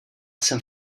jsem